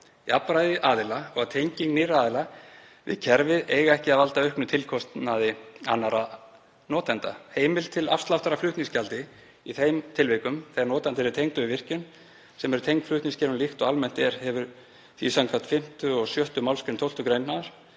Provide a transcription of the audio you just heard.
jafnræði aðila og að tenging nýrra aðila við kerfið eigi ekki að valda auknum tilkostnaði annarra notenda. Heimild til afsláttar af flutningsgjaldi, í þeim tilvikum þegar notandi er tengdur við virkjun sem er tengd flutningskerfinu, líkt og almennt er, hefur því samkvæmt 5. og 6. mgr. 12. gr.